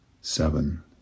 seven